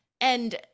and-